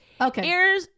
Okay